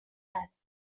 است